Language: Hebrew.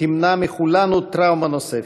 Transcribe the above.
שתמנע מכולנו טראומה נוספת.